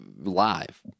live